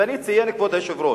ואני אציין, כבוד היושב-ראש: